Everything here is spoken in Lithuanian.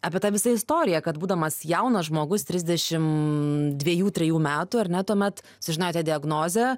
apie tą visą istoriją kad būdamas jaunas žmogus trisdešim dvejų trejų metų ar ne tuomet sužinojote diagnozę